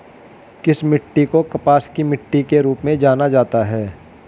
किस मिट्टी को कपास की मिट्टी के रूप में जाना जाता है?